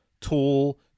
tool